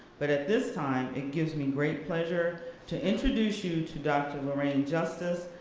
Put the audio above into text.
but at this time it gives me great pleasure to introduce you to dr. lorraine justice,